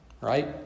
Right